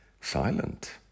silent